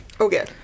Okay